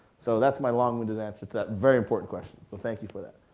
so that's my long winded answer to that very important question. so thank you for that.